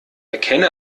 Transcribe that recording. erkenne